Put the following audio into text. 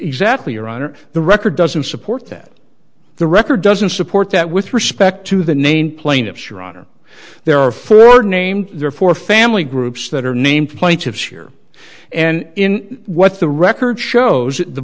exactly your honor the record doesn't support that the record doesn't support that with respect to the named plaintiffs your honor there are four names therefore family groups that are named plaintiffs here and in what the record shows the